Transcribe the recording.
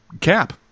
Cap